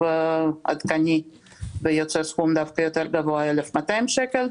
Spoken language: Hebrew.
עדכני ויוצא סכום גבוה יותר - 1,200 שקל.